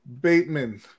Bateman